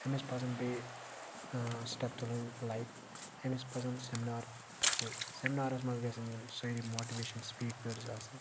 أمِس پَزَن بیٚیہِ سٹیٚپ تُلٕنۍ لایِک أمِس پَزَن سیٚمنار تھاوٕنۍ سیٚمنارَس مَنٛز گَژھَن یِم سٲری ماٹِویشَن سپیٖکٲرس آسٕنۍ